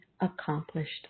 accomplished